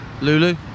Lulu